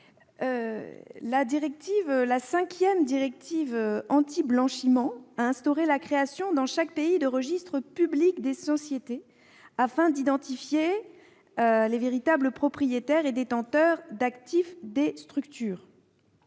directive anti-blanchiment prévoit la création dans chaque pays de registres publics des sociétés, afin d'identifier les véritables propriétaires et détenteurs d'actifs des structures.